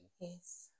Yes